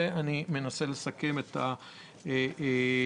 כך אני מסכם את הדברים שאמרת.